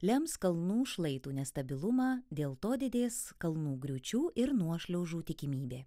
lems kalnų šlaitų nestabilumą dėl to didės kalnų griūčių ir nuošliaužų tikimybė